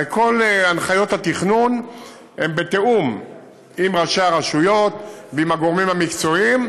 כל הנחיות התכנון הן בתיאום עם ראשי הרשויות ועם הגורמים המקצועיים,